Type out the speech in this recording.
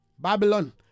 Babylon